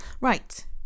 Right